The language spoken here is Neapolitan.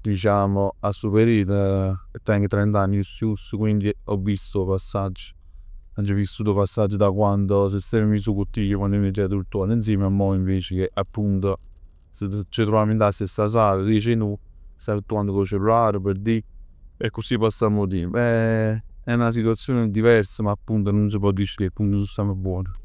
diciamo a chistu periodo e teng trent'anni giust giust, quindi ho visto chest passagg, aggio vissut 'o passaggio da quando si stev sul ij cu te, quann ero creatur tutt quant insieme a mo appunto ci truvavam dint 'a stessa sala, a diec 'e nuje. Stann tutt quant cu 'o cellullar p' di e accussì passamm 'o tiemp, è 'na situazione diversa, ma appunto nun s' pò dicere che nuje nun stamm buon.